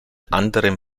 anderen